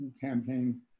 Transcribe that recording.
campaign